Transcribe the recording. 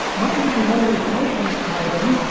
might mention one notational item.